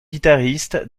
guitariste